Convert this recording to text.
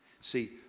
see